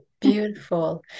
Beautiful